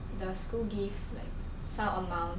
the school give like some amount